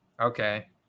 okay